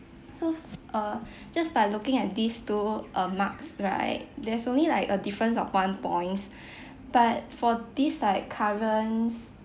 so uh just by looking at these two uh marks right there's only like a difference of one points but for this like currents